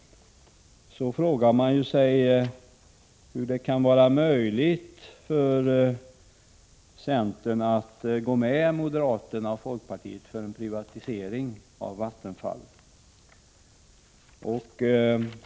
Då frågar man sig hur det kan vara möjligt för centern att gå med moderaterna och folkpartiet för en privatisering av Vattenfall.